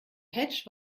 patch